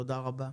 תודה רבה.